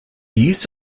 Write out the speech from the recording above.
use